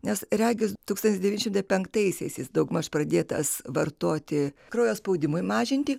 nes regis tūkstantis devyni šimtai penktaisiais jis daugmaž pradėtas vartoti kraujo spaudimui mažinti